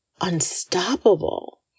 unstoppable